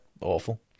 awful